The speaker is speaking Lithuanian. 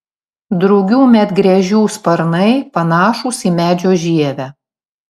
drugių medgręžių sparnai panašūs į medžio žievę